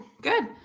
Good